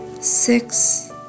six